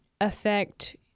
affect